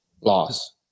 Loss